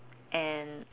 and